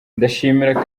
ndashimira